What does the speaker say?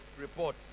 report